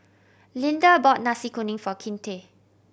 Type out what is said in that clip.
Lynda bought Nasi Kuning for Kinte